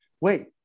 wait